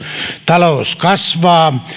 talous kasvaa